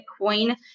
Bitcoin